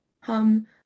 Hum